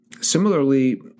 Similarly